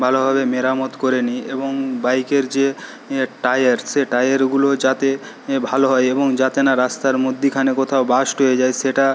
ভালোভাবে মেরামত করে নিই এবং বাইকের যে ইয়ে টায়ার সে টায়ারগুলোও যাতে এ ভালো হয় এবং যাতে না রাস্তার মধ্যেখানে কোথাও বাস্ট হয়ে যায় সেটা